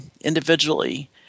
individually